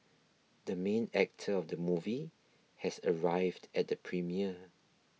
the main actor of the movie has arrived at the premiere